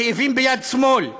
כאבים ביד שמאל,